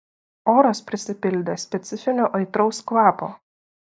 oras prisipildė specifinio aitraus kvapo